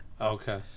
Okay